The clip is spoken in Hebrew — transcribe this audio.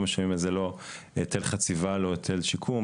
לא משלמים על זה לא היטל חציבה ולא היטל שיקום,